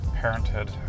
parenthood